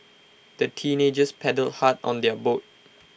the teenagers paddled hard on their boat